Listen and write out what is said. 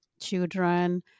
children